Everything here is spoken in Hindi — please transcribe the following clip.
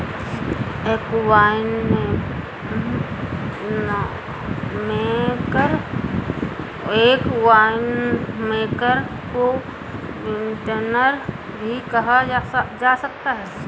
एक वाइनमेकर को विंटनर भी कहा जा सकता है